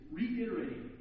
reiterating